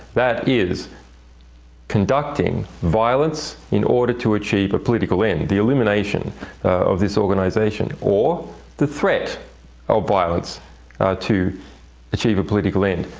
that is conducting violence in order to achieve a political end the elimination of this organization or the threat of violence to achieve a political end,